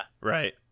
Right